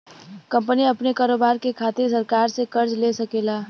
company अपने कारोबार के खातिर सरकार से कर्ज ले सकेला